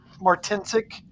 martinsic